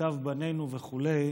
מיטב בנינו וכו',